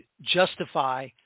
justify